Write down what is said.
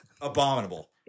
abominable